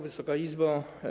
Wysoka Izbo!